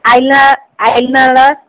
eyeliner